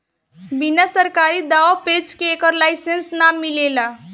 बिना सरकारी दाँव पेंच के एकर लाइसेंस ना मिलेला